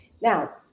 Now